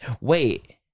Wait